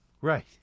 Right